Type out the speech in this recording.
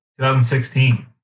2016